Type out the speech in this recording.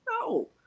no